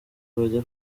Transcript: bajya